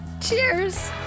Cheers